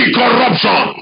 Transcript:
corruption